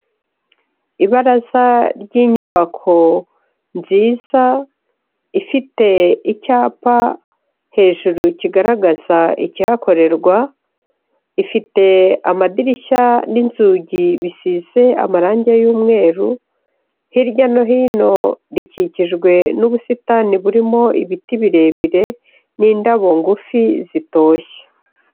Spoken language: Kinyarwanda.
Ibaraza ry'inyubako nziza, ifite icyapa hejuru kigaragaza ikihakorerwa, ifite amadirishya n'inzugi bisize amarange y'umweru, hirya no hino rikikijwe n'ubusitani burimo ibiti birebire n'indabo ngufi zitoshye.